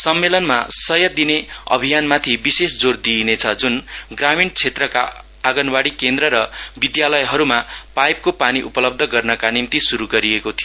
सम्मेलनमा सय पिने अभियानमाथि विशेष जोर दिइने छ जुन ग्रामीण क्षेत्रता आगनवाड़ी केन्द्र र विद्यालयहरूमा पाईपको पानी उपबलब्ध गर्नका निम्ति शुरू गरिएको थियो